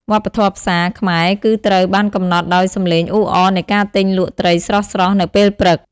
វប្បធម៌ផ្សារ ខ្មែរគឺត្រូវបានកំណត់ដោយសំឡេងអ៊ូអរនៃការទិញលក់ត្រីស្រស់ៗនៅពេលព្រឹក។